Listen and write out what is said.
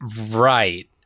Right